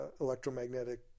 electromagnetic